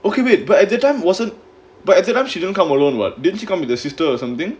okay wait but at that time wasn't but at the time she didn't come alone [what] didn't she come with the sister or something